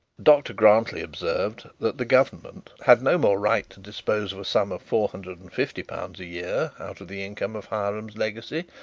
dr grantly observed that the government had no more right to dispose of a sum of four hundred and fifty pounds a year out of the income of hiram's legacy,